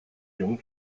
jung